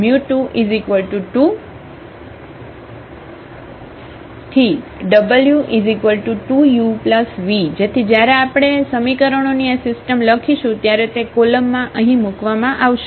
તેથી અહીં 1122⇒w2uv જેથી જ્યારે આપણે સમીકરણોની આ સિસ્ટમ લખીશું ત્યારે તે કોલમમાં અહીં મૂકવામાં આવશે